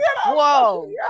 Whoa